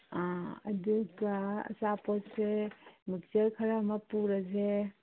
ꯑꯗꯨꯒ ꯑꯆꯥꯄꯣꯠꯁꯦ ꯃꯤꯛꯆꯔ ꯈꯔ ꯑꯃ ꯄꯨꯔꯁꯦ